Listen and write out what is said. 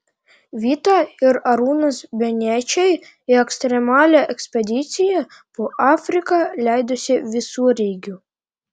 vita ir arūnas benečiai į ekstremalią ekspediciją po afriką leidosi visureigiu